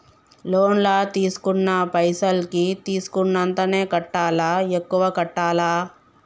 Loan లా తీస్కున్న పైసల్ కి తీస్కున్నంతనే కట్టాలా? ఎక్కువ కట్టాలా?